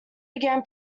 began